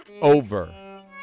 over